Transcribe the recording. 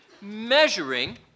measuring